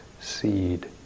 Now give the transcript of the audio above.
seed